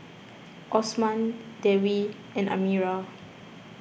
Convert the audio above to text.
Osman Dewi and Amirah